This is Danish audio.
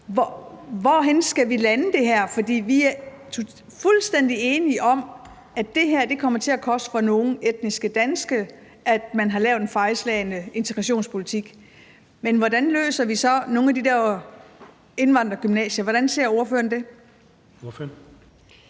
Hvor skal vi lande det henne? Vi er fuldstændig enige om, at det kommer til at koste for nogle etnisk danske elever, at man har bedrevet en fejlslagen integrationspolitik, men hvordan løser vi det så i forhold til nogle af de der indvandrergymnasier? Hvordan ser ordføreren